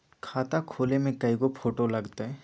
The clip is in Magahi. खाता खोले में कइगो फ़ोटो लगतै?